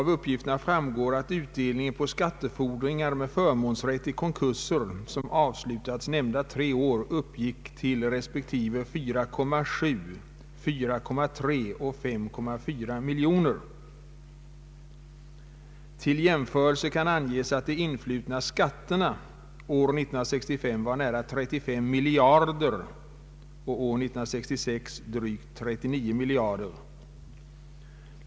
Av uppgifterna framgår att utdelningen på skattefordringar med förmånsrätt i konkurser som avslutats nämnda tre år uppgick till respektive 4,7 miljoner, 4,3 miljoner och 5,4 miljoner kronor. Till jämförelse kan nämnas att de influtna skatterna år 1965 var nära 35 miljarder kronor och år 1966 drygt 39 miljarder kronor.